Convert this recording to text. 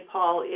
Paul